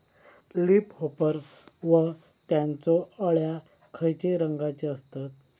Leaf hopper व त्यानचो अळ्या खैचे रंगाचे असतत?